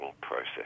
process